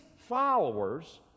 followers